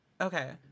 Okay